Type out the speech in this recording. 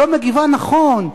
לא מגיבה נכון.